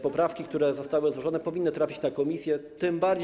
Poprawki, które zostały złożone, powinny trafić do komisji.